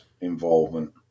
involvement